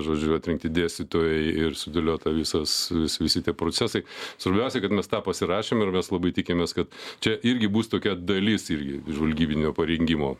žodžiu atrinkti dėstytojai ir sudėliota visas visi tie procesai svarbiausia kad mes tą pasirašėm ir mes labai tikimės kad čia irgi bus tokia dalis irgi žvalgybinio parengimo